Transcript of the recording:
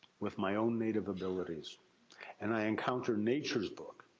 with my own native abilities and i encounter nature's book.